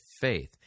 faith